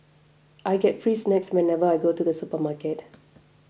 I get free snacks whenever I go to the supermarket